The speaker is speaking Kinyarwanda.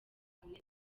hamwe